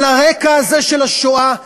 על הרקע הזה של השואה,